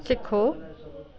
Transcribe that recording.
सिखो